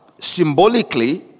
symbolically